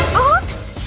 oops!